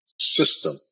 system